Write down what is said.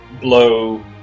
blow